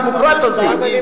הדמוקרטית הזאת.